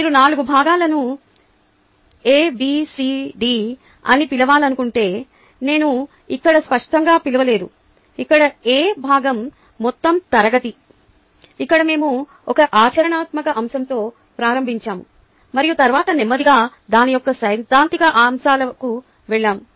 మీరు 4 భాగాలను ఎబిసిడి అని పిలవాలనుకుంటే నేను ఇక్కడ స్పష్టంగా పిలవలేదు ఇక్కడ ఎ భాగం మొత్తం తరగతి ఇక్కడ మేము ఒక ఆచరణాత్మక అంశంతో ప్రారంభించాము మరియు తరువాత నెమ్మదిగా దాని యొక్క సైద్ధాంతిక అంశాలకు వెళ్ళాము